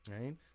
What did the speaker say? right